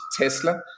Tesla